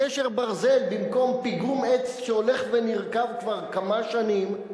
גשר ברזל במקום פיגום עץ שהולך ונרקב כבר כמה שנים,